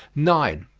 nine.